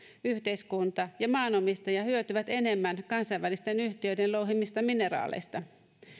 yhteiskunta ja maanomistaja hyötyvät enemmän kansainvälisten yhtiöiden louhimista mineraaleista